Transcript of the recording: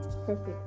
Perfect